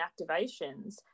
activations